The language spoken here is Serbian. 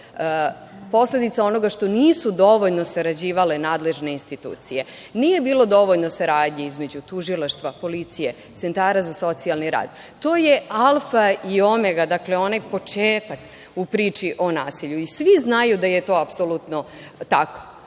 posledica onoga što nisu dovoljno sarađivale nadležne institucije. Nije bilo dovoljno saradnji između tužilaštva, policije, centara za socijalni rad. To je alfa i omega, dakle onaj početak u priči o nasilju. Svi znaju da je to apsolutno tako.